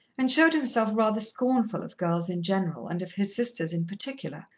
and showed himself rather scornful of girls in general and of his sisters in particular,